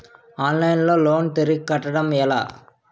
Online లో loan తిరిగి కట్టడం ఎలా?